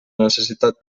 necessitat